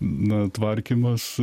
na tvarkymas